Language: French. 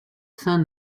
saint